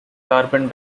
carbon